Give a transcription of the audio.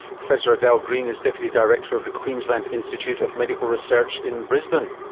professor adele green is deputy director of the queensland institute of medical research in brisbane.